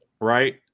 Right